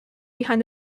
behind